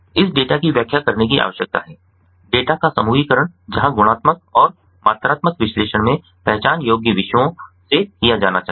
इस डेटा की व्याख्या करने की आवश्यकता है डेटा का समूहीकरण जहाँ गुणात्मक और मात्रात्मक विश्लेषण में पहचान योग्य विषयों से किया जाना चाहिए